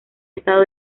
estado